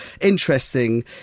interesting